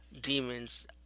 demons